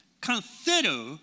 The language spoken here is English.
Consider